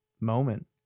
moment